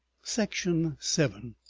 section seven